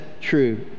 true